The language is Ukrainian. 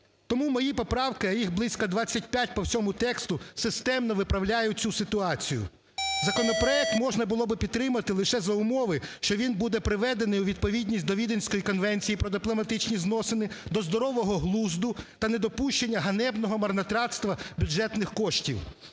Тому мої поправки, а їх близько 25 по всьому тексту, системно виправляють цю ситуацію. Законопроект можна було би підтримати лише за умови, що він буде приведений у відповідність до Віденської конвенції про дипломатичні зносини, до здорового глузду та недопущення ганебного марнотратства бюджетних коштів.